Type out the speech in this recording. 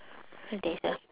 there's a